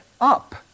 up